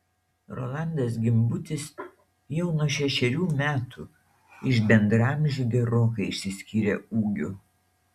rolandas gimbutis jau nuo šešerių metų iš bendraamžių gerokai išsiskyrė ūgiu